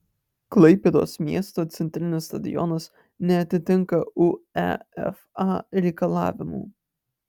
klaipėdos miesto centrinis stadionas neatitinka uefa reikalavimų